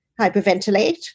hyperventilate